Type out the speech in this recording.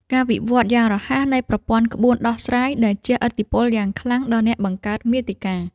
ការវិវត្តយ៉ាងរហ័សនៃប្រព័ន្ធក្បួនដោះស្រាយ ដែលជះឥទ្ធិពលយ៉ាងខ្លាំងដល់អ្នកបង្កើតមាតិកា។